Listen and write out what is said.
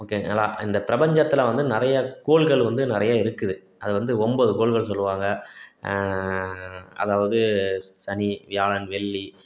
ஓகேங்களா இந்த பிரபஞ்சத்தில் வந்து நிறைய கோள்கள் வந்து நிறைய இருக்குது அது வந்து ஒன்பது கோள்கள் சொல்லுவாங்க அதாவது சனி வியாழன் வெள்ளி